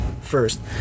first